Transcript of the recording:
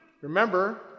Remember